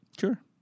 Sure